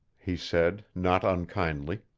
he said, not unkindly.